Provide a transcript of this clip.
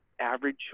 average